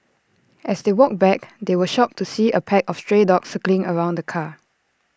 as they walked back they were shocked to see A pack of stray dogs circling around the car